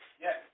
Yes